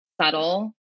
subtle